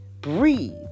breathe